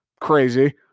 crazy